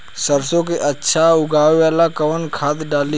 सरसो के अच्छा उगावेला कवन खाद्य डाली?